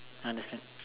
understand